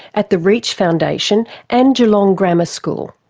at the reach foundation and geelong grammar school.